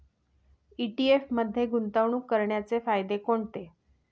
ETF मध्ये गुंतवणूक करण्याचे फायदे कोणते?